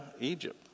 Egypt